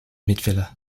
midfielder